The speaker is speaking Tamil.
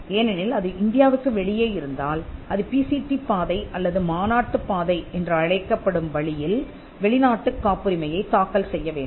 ஏனெனில் அது இந்தியாவுக்கு வெளியே இருந்தால் அது பிசிடி பாதை அல்லது மாநாட்டுப் பாதை என்று அழைக்கப்படும் வழியில் வெளிநாட்டுக் காப்புரிமையைத் தாக்கல் செய்யவேண்டும்